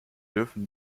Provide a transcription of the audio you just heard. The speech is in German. dürfen